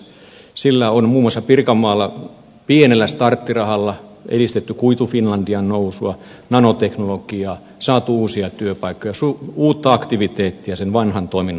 sillä on muun muassa pirkanmaalla pienellä starttirahalla edistetty kuitu finlandin nousua nanoteknologiaa saatu uusia työpaikkoja uutta aktiviteettia sen vanhan toiminnan tilalle